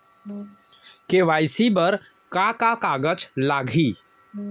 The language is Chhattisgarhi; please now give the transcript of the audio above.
के.वाई.सी बर का का कागज लागही?